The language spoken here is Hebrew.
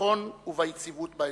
בביטחון וביציבות באזור.